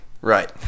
Right